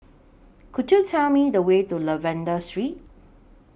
Could YOU Tell Me The Way to Lavender Street